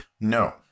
no